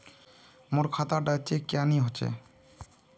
मोर खाता डा चेक क्यानी होचए?